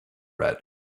red